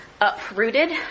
Uprooted